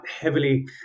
heavily